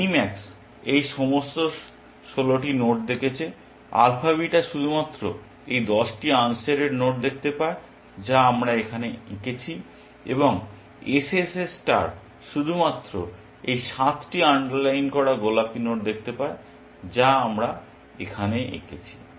mini max এই সমস্ত 16টি নোড দেখেছে আলফা বিটা শুধুমাত্র এই 10টি আনশেডেড নোড দেখতে পায় যা আমরা এখানে আঁকেছি এবং SSS ষ্টার শুধুমাত্র এই 7টি আন্ডারলাইন করা গোলাপী নোড দেখতে পায় যা আমরা এখানে দেখেছি